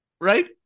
Right